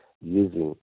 using